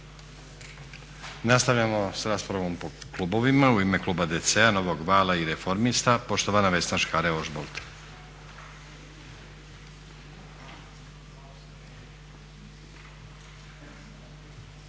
Nastavljamo s raspravom po klubovima. U ime kluba DC-a, Novog vala i Reformista poštovana Vesna Škare-Ožbolt.